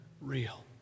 real